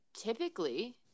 typically